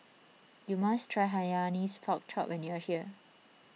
you must try Hainanese Pork Chop when you are here